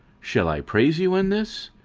shall i praise you in this?